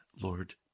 Lord